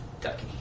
Ducky